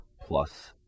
plus